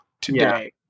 today